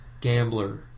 Gambler